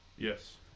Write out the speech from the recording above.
Yes